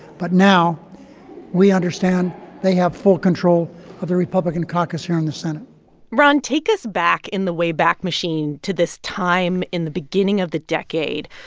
but now we understand they have full control of the republican caucus here in the senate ron, take us back in the wayback machine to this time in the beginning of the decade.